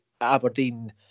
Aberdeen